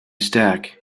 stack